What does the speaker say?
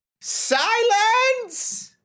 Silence